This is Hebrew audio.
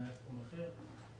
התקשורת.